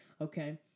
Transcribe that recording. Okay